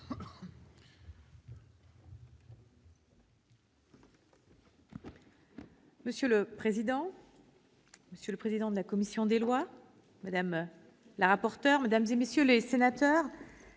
Monsieur le président, monsieur le président de la commission des lois, madame la rapporteur, mesdames, messieurs les sénateurs,